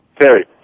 Terry